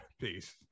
Peace